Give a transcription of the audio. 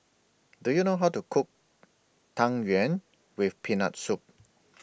Do YOU know How to Cook Tang Yuen with Peanut Soup